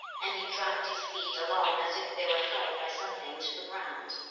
and he dragged his feet along as if they were held by something to the ground.